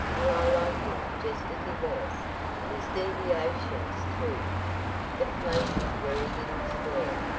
and i liked him just as he was his deviations, too the places where he didn't square.